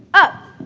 up!